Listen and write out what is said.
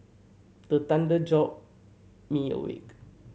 the thunder jolt me awake